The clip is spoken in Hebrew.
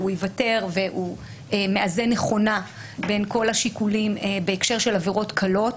ייוותר והוא מאזן נכונה בין כל השיקולים בהקשר של עבירות קלות,